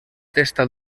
testa